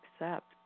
accept